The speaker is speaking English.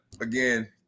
again